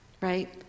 right